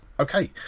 Okay